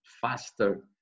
faster